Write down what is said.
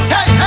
Hey